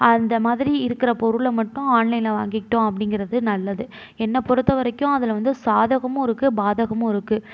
அந்த மாதிரி இருக்கிற பொருளை மட்டும் ஆன்லைனில் வாங்கிக்கிட்டோம் அப்படிங்கிறது நல்லது என்னை பொறுத்த வரைக்கும் அதில் வந்து சாதகமும் இருக்குது பாதகமும் இருக்குது